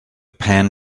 pan